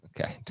Okay